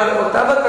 אבל הוא אמר,